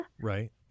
Right